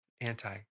anti